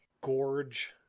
Gorge